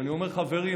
אני אומר חברי,